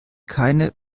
keine